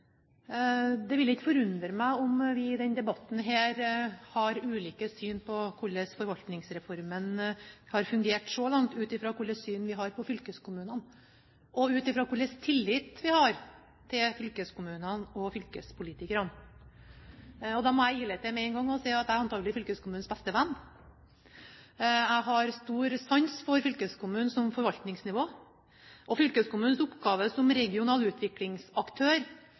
Det ville ikke forundre meg om vi i denne debatten har ulike syn på hvordan Forvaltningsreformen har fungert så langt, ut fra hvilket syn vi har på fylkeskommunene, og ut fra hvilken tillit vi har til fylkeskommunene og fylkespolitikerne. Da må jeg ile til med en gang og si at jeg antakelig er fylkeskommunens beste venn. Jeg har stor sans for fylkeskommunen som forvaltningsnivå. Fylkeskommunens oppgave som regional utviklingsaktør